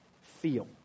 feel